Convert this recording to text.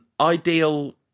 Ideal